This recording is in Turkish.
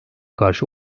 karşı